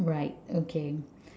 right okay